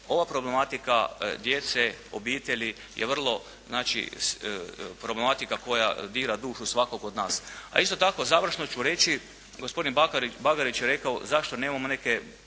ova problematika djece, obitelji je vrlo znači problematika koja dira dušu svakog od nas. A isto tako, završno ću reći. Gospodin Bagarić je rekao zašto nemamo neke